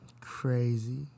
crazy